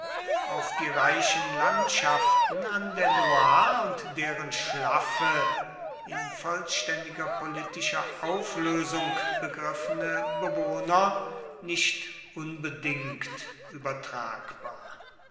auf die reichen landschaften an der loire und deren schlaffe in vollständiger politischer auflösung begriffene bewohner nicht unbedingt übertragbar